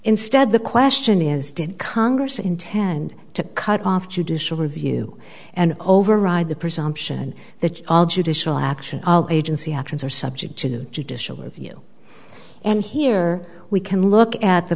instead the question is did congress intend to cut off judicial review and override the presumption that all judicial action agency actions are subject to judicial review and here we can look at the